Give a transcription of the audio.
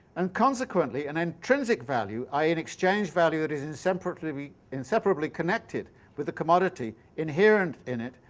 and consequently an intrinsic value, i e. an exchange-value that is inseparably inseparably connected with the commodity, inherent in it,